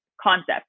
concept